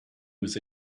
was